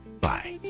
Bye